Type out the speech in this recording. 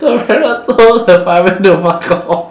the parrot told the fireman to fuck off